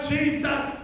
Jesus